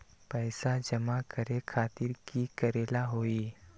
पैसा जमा करे खातीर की करेला होई?